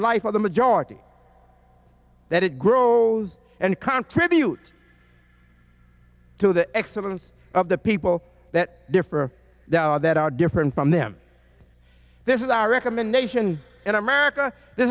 life of the majority that it grow and contributions to the excellence of the people that differ that are different from them this is our recommendation in america this